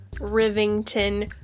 Rivington